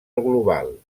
global